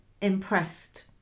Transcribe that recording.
impressed